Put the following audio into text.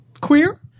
queer